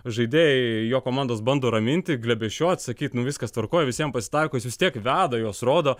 žaidėjai jo komandos bando raminti glėbesčiuot sakyt nu viskas tvarkoj visiem pasitaiko jis vis tiek veda juos rodo